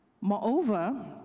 Moreover